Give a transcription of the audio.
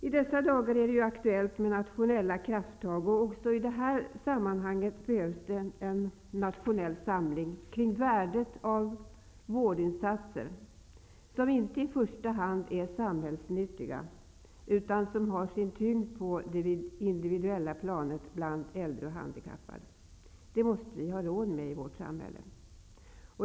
I dessa dagar är det ju aktuellt med nationella krafttag, och också i det här sammanhanget behövs det en nationell samling kring värdet av vårdinsatser som inte i första hand är samhällsnyttiga, utan har sin tyngd på det individuella planet bland äldre och handikappade. Det måste vi ha råd med i vårt samhälle.